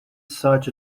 such